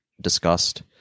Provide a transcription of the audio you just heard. discussed